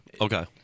Okay